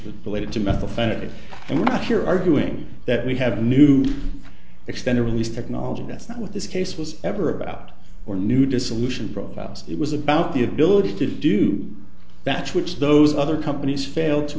related to methylphenidate and we're not here arguing that we have a new extended release technology that's not what this case was ever about or new dissolution profiles it was about the ability to do batch which those other companies failed to